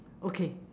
okay